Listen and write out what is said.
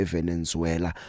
Venezuela